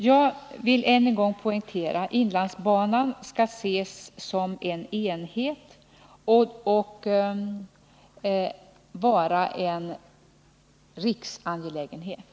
Jag vill än en gång poängtera att inlandsbanan skall ses som en enhet och att den är en riksangelägenhet.